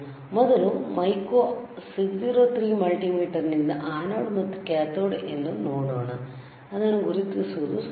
ಮೊದಲು ಮೈಕೋ 603 ಮಲ್ಟಿಮೀಟರ್ ನಿಂದ ಆನೋಡ್ ಮತ್ತು ಕ್ಯಾಥೋಡ್ ಎಂದು ನೋಡೋಣ ಅದನ್ನು ಗುರುತಿಸುವುದು ಸುಲಭ